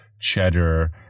cheddar